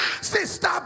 sister